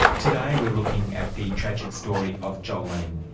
today we are looking at the tragic story of jolene.